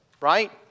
right